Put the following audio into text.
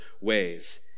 ways